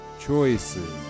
Choices